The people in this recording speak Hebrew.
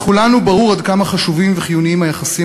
לכולנו ברור עד כמה חשובים וחיוניים היחסים